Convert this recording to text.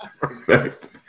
Perfect